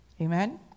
Amen